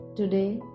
Today